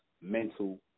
mental